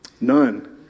None